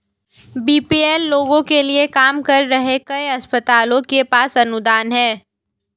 BPL लोगों के लिए काम कर रहे कई अस्पतालों के पास अनुदान हैं